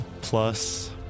plus